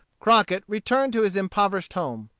crockett returned to his impoverished home.